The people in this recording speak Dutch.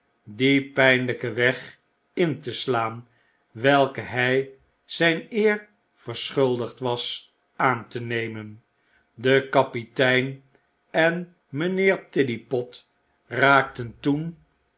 dien pynlyken weg in te slaan welken hy zyn eer verschuldigd was aan te nemen de kapitein en mynheer tiddypot raakten toen